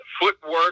footwork